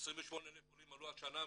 אם 28,000 עולים עלו השנה מצרפת,